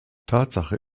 tatsache